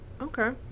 Okay